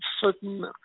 certain